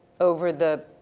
over the,